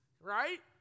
Right